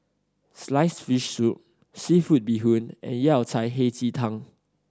sliced fish soup seafood bee hoon and Yao Cai Hei Ji Tang